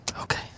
Okay